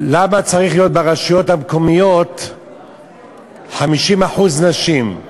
למה צריך ברשויות המקומיות 50% נשים.